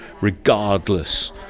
regardless